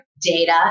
data